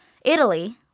Italy